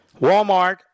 Walmart